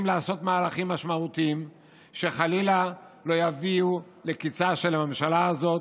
לעשות מהלכים משמעותיים שחלילה יביאו לקיצה של הממשלה הזאת.